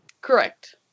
Correct